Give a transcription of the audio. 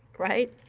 right?